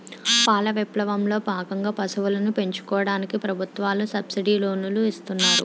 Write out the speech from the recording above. పాల విప్లవం లో భాగంగా పశువులను పెంచుకోవడానికి ప్రభుత్వాలు సబ్సిడీ లోనులు ఇస్తున్నారు